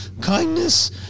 Kindness